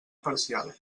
parcial